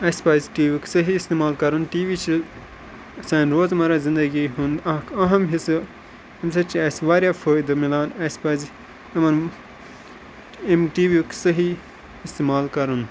اَسہِ پَزِ TV یُک صحیح استعمال کَرُن ٹی وی چھِ سانہِ روزمرہ زندگی ہُنٛد اَکھ اہم حِصہٕ ییٚمہِ سۭتۍ چھِ اَسہِ واریاہ فٲیدٕ مِلان اَسہِ پَزِ یِمَن ایٚمہِ ٹی وی یُک صحیح استعمال کَرُن